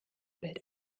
bild